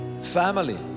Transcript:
family